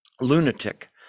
Lunatic